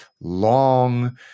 long